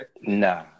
Nah